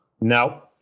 No